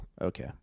Okay